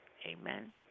amen